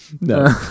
No